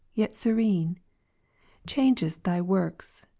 yet serene changest thy works.